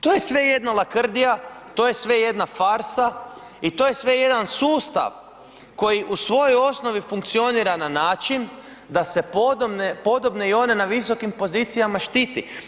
To je sve jedna lakrdija, to je sve jedna farsa i to je sve jedan sustav koji u svojoj osnovi funkcionira na način da se podobne i one na visokim pozicijama štiti.